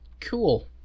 Cool